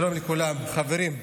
שלום לכולם, חברים.